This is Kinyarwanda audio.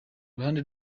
ruhande